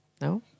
No